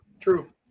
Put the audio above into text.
True